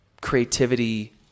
creativity